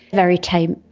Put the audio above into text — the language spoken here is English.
very tame,